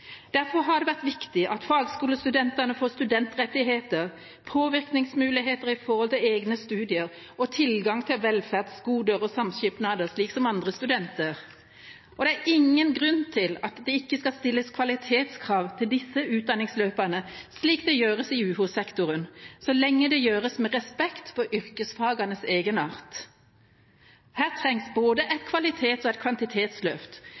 Derfor har det vært viktig at fagskolestudentene får studentrettigheter, påvirkningsmuligheter når det gjelder egne studier, og tilgang til velferdsgoder og samskipnader slik som andre studenter. Det er ingen grunn til at det ikke skal stilles kvalitetskrav til disse utdanningsløpene slik det gjøres i universitets- og høyskolesektoren, så lenge det gjøres med respekt for yrkesfagenes egenart. Her trengs både et kvalitets- og et kvantitetsløft,